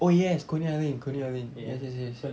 oh yes coney island coney island yes yes yes